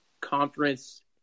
conference